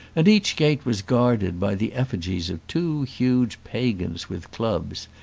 and each gate was guarded by the effigies of two huge pagans with clubs,